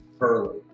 early